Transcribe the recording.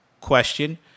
question